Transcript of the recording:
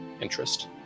interest